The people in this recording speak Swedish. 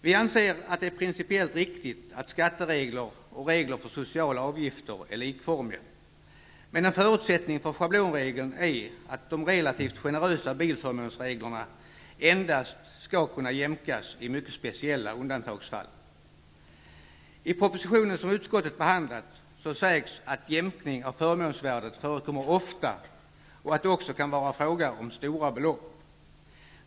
Vi anser att det är principiellt riktigt att skatteregler och regler för sociala avgifter är likformiga. Men en förutsättning för schablonregeln är att de relativt generösa reglerna för bilförmån skall kunna jämkas endast i mycket speciella undantagsfall. I propositionen som utskottet behandlat sägs att jämkning av förmånsvärdet förekommer ofta och att det också kan var fråga om stora belopp.